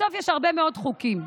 בסוף יש הרבה מאוד חוקים,